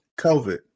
COVID